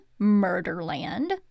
Murderland